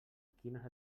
quines